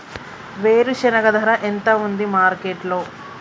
వేరుశెనగ ధర ఎంత ఉంది మార్కెట్ లో?